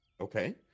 Okay